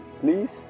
Please